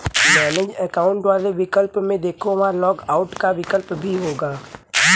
manage account वाले विकल्प में देखो, वहां लॉग आउट का विकल्प भी होगा